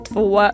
Två